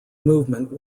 movement